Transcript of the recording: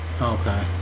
Okay